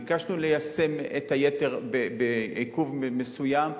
ביקשנו ליישם את היתר בעיכוב מסוים.